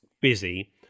busy